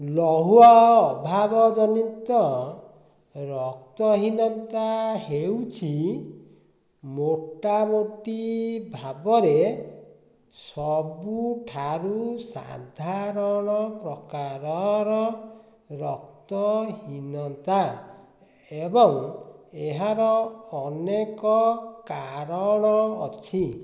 ଲୌହ ଅଭାବ ଜନିତ ରକ୍ତହୀନତା ହେଉଛି ମୋଟାମୋଟି ଭାବରେ ସବୁଠାରୁ ସାଧାରଣ ପ୍ରକାରର ରକ୍ତହୀନତା ଏବଂ ଏହାର ଅନେକ କାରଣ ଅଛି